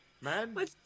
Man